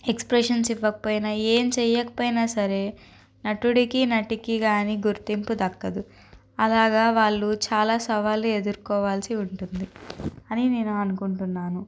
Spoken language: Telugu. ఎక్స్ప్రెషన్స్ ఇవ్వకపోయినా ఏమి చెయ్యకపోయినా సరే నటుడికి నటికి గానీ గుర్తింపు దక్కదు అలాగా వాళ్ళు చాలా సవాళ్ళు ఎదుర్కోవాల్సి ఉంటుంది అని నేను అనుకుంటున్నాను